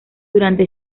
durante